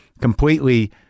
completely